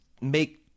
make